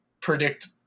predict